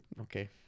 okay